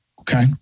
Okay